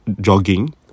jogging